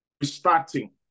restarting